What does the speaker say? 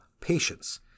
patience